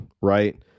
right